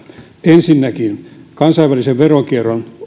ensinnäkin kansainvälisen veronkierron